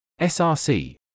src